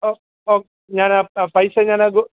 ഞാൻ ആ പൈസ ഞാൻ ഗൂ